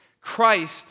Christ